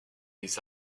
des